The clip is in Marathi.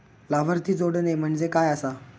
लाभार्थी जोडणे म्हणजे काय आसा?